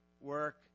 work